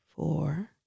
Four